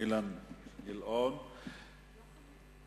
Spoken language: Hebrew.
אדוני